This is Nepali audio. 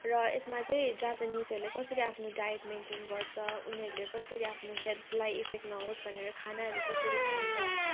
र यसमा चाहिँ जापनिजहरूले कसरी आफ्नो डाइट मेन्टेन गर्छ उनीहरूले कसरी आफ्नो हेल्थलाई इफेक्ट नहोस् भनेर खानाहरू कसरी खान्छ